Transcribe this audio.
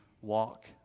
walk